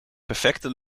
perfecte